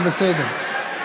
זה בסדר.